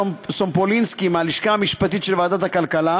סומפולינסקי מהלשכה המשפטית של ועדת הכלכלה,